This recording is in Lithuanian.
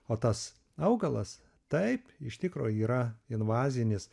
o tas augalas taip iš tikro yra invazinis